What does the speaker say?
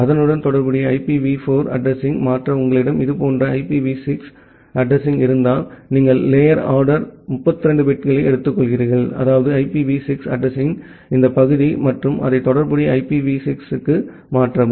அதனுடன் தொடர்புடைய ஐபிவி 4 அட்ரஸிங்யாக மாற்ற உங்களிடம் இது போன்ற ஐபிவி 6 அட்ரஸிங் இருந்தால் நீங்கள் லோயர் ஆர்டர் 32 பிட்களை எடுத்துக்கொள்கிறீர்கள் அதாவது ஐபிவி 6 அட்ரஸிங்யின் இந்த பகுதி மற்றும் அதை தொடர்புடைய ஐபிவி 4 க்கு மாற்றவும்